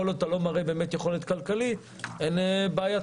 כל עוד אתה לא מראה יכולת כלכלית הן בעייתיות,